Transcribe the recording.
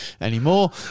anymore